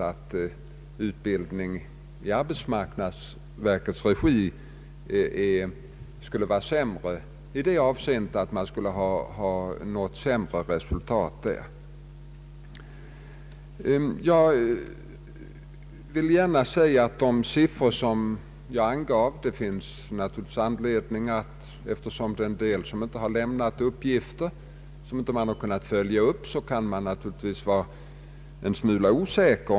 Eftersom en del inte har lämnat någ ra uppgifter och man sålunda inte helt har kunnat följa upp undersökningen kan man naturligtvis känna sig litet osäker i fråga om de siffror som jag har angivit.